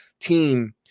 team